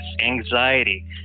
anxiety